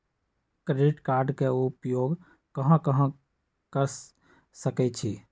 Credit card के उपयोग कहां कहां कर सकईछी?